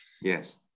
Yes